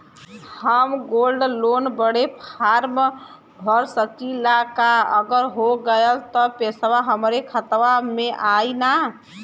हम gold loan बड़े form भर सकी ला का अगर हो गैल त पेसवा हमरे खतवा में आई ना?